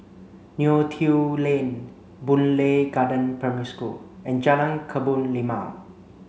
Neo Tiew Lane Boon Lay Garden Primary School and Jalan Kebun Limau